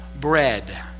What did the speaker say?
bread